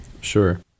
Sure